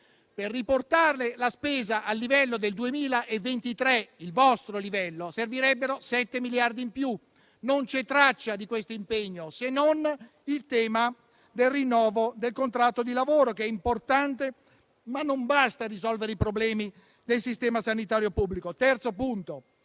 Per riportare la spesa a livello del 2023, il vostro livello, servirebbero 7 miliardi in più. Non c'è traccia di questo impegno, se non il tema del rinnovo del contratto di lavoro, che è importante, ma non basta a risolvere i problemi del sistema sanitario pubblico. In terzo luogo,